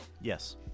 yes